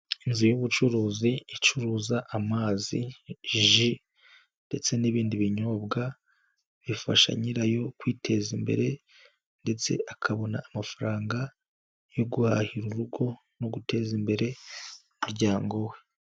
Inzu y'ubucuruzi icuruza amazi, ji ndetse n'ibindi binyobwa, bifasha nyirayo kwiteza imbere ndetse akabona amafaranga yo guhahira urugo no guteza imbere, umuryango we.